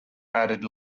added